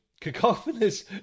cacophonous